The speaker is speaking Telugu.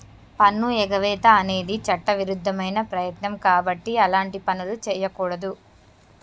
పన్నుఎగవేత అనేది చట్టవిరుద్ధమైన ప్రయత్నం కాబట్టి అలాంటి పనులు చెయ్యకూడదు